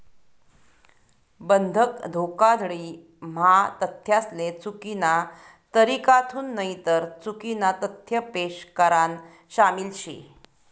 बंधक धोखाधडी म्हा तथ्यासले चुकीना तरीकाथून नईतर चुकीना तथ्य पेश करान शामिल शे